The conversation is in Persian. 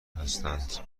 هستند